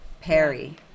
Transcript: Perry